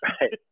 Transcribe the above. Right